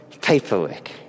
paperwork